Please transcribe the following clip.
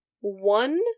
one